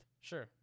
Sure